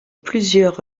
plusieurs